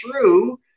true